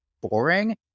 boring